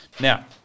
Now